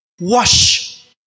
wash